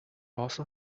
also